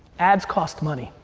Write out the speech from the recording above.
ads cost money.